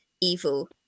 evil